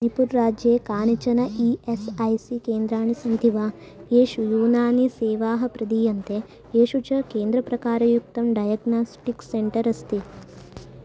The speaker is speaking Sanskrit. मनिपुर्राज्ये कानिचन ई एस् ऐ सी केन्द्राणि सन्ति वा येषु युनानि सेवाः प्रदीयन्ते येषु च केन्द्रप्रकारयुक्तं डयाग्नास्टिक्स् सेण्टर् अस्ति